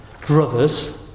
brothers